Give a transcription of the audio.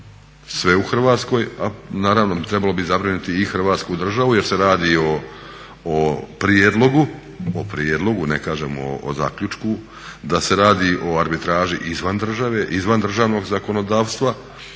sve u Hrvatskoj a naravno trebalo bi zabrinuti i Hrvatsku državu jer se radi o prijedlogu, o prijedlogu ne kažem o zaključku, da se radi o arbitraži izvan države, izvan